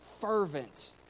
fervent